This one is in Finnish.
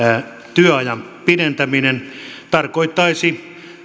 työajan pidentäminen tarkoittaisi